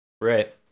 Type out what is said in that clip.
right